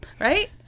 Right